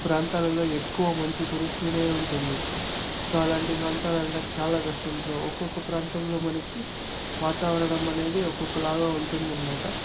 ప్రాంతాలలో ఎక్కువ మంచు కురుస్తూనే ఉంటుంది సో అలాంటి ప్రాంతాలన్నా చాలా కష్టం సో ఒక్కొక్క ప్రాంతంలో మనకి వాతావరణం అనేది ఒక్కొక్కలాగా ఉంటుందనమాట